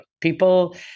People